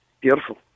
beautiful